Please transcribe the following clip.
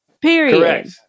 Period